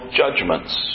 judgments